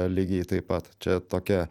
lygiai taip pat čia tokia